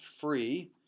free